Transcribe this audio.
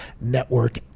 Network